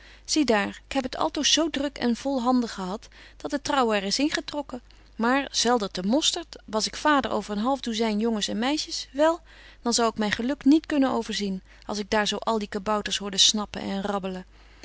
zie daar ik heb het altoos zo druk en volhandig gehad dat het trouwen er is ingetrokken maar selderdemostert was ik vader over een half douzyn jongens en meisjes wel dan zou ik myn geluk niet kunnen overzien als ik daar zo al die kabouters hoorde snappen en rabbelen